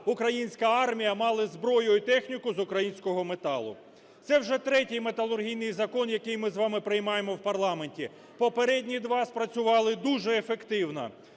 українська армія мала зброю і техніку з українського металу. Це вже третій металургійний закон, який ми з вами приймаємо в парламенті. Попередні два спрацювали дуже ефективно.